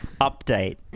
update